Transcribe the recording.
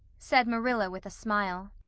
said marilla, with a smile.